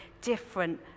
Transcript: different